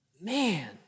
Man